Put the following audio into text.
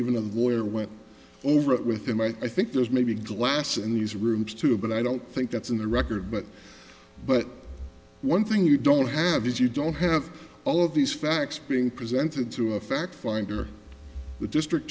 lawyer went over it with him i think there's maybe glass in these rooms too but i don't think that's in the record but but one thing you don't have is you don't have all of these facts being presented to a fact finder the district